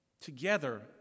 together